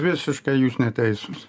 visiškai jūs neteisūs